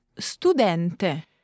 studente